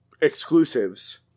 exclusives